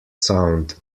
sound